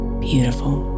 beautiful